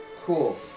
Cool